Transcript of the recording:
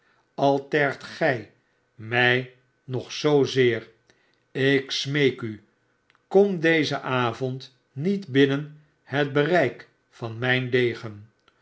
tergt gij mij nog zoozeer ik smeek u kom dezen avond niet binnen het bereik van mijn degen